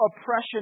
oppression